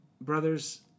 brothers